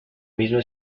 misma